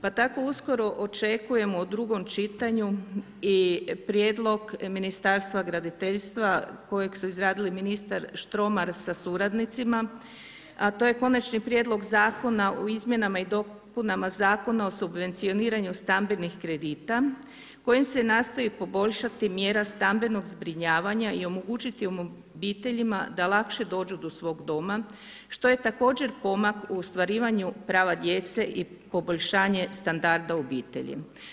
Pa tako uskoro očekujemo u drugom čitanju i prijedlog Ministarstva graditeljstva kojeg su izradili ministar Šromar sa suradnicima a to je Konačni prijedlog Zakona o izmjenama i dopunama Zakona o subvencioniranju stambenih kredita kojim se nastoji poboljšati mjera stambenog zbrinjavanja i omogućiti obiteljima da lakše dođu do svog doma što je također pomak u ostvarivanju prava djece i poboljšanje standarda u obitelji.